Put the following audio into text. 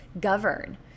govern